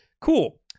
Cool